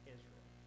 Israel